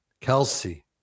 Kelsey